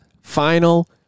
final